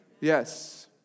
Yes